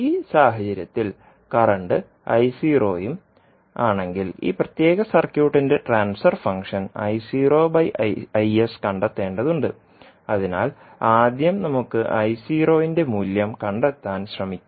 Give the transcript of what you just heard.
ഈ സാഹചര്യത്തിൽ കറൻറ് ഉം ആണെങ്കിൽ ഈ പ്രത്യേക സർക്യൂട്ടിന്റെ ട്രാൻസ്ഫർ ഫംഗ്ഷൻ കണ്ടെത്തേണ്ടതുണ്ട് അതിനാൽ ആദ്യം നമുക്ക് ന്റെ മൂല്യം കണ്ടെത്താൻ ശ്രമിക്കാം